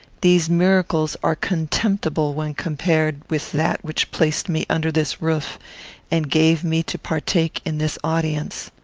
these miracles are contemptible when compared with that which placed me under this roof and gave me to partake in this audience.